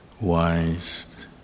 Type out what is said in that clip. wise